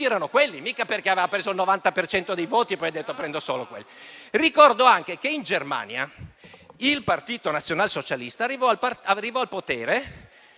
erano quelli (mica perché aveva preso il 90 per cento dei voti e poi ha deciso di prendere solo quelli). Ricordo anche che in Germania il partito nazionalsocialista arrivò al potere